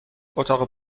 اتاق